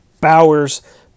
Bowers